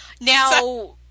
Now